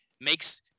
makes